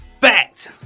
Fact